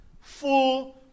full